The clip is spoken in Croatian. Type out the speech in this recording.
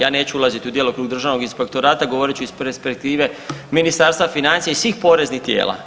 Ja neću ulazit u djelokrug državnog inspektorata, govorit ću iz perspektive Ministarstva financija i svih poreznih tijela.